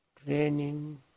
training